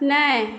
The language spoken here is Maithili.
नहि